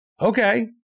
Okay